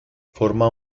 forma